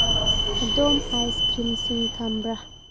ꯑꯗꯣꯝ ꯑꯥꯏꯁꯀ꯭ꯔꯤꯝꯁꯤꯡ ꯊꯝꯕ꯭ꯔꯥ